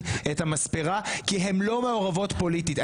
את המספרה כי הן לא מעורבות פוליטית.